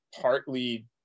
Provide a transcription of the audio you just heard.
partly